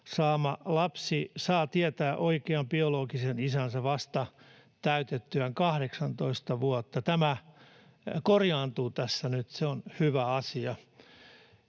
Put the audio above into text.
saama lapsi saa tietää oikean biologisen isänsä vasta täytettyään 18 vuotta. Tämä korjaantuu tässä nyt. Se on hyvä asia.